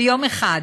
ביום אחד,